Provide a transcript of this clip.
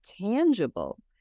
tangible